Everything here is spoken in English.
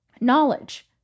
knowledge